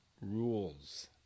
rules